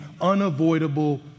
unavoidable